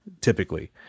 typically